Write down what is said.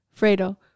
Fredo